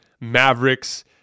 Mavericks